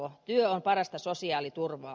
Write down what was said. työ on parasta sosiaaliturvaa